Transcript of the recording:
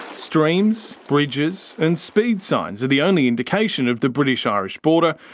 streams, bridges and speed signs are the only indication of the british-irish border,